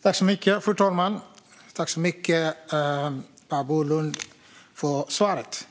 Fru talman! Tack, Per Bolund för svaret!